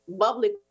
public